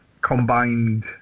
combined